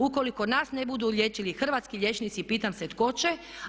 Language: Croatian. Ukoliko nas ne budu liječili hrvatski liječnici pitam se tko će?